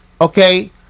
okay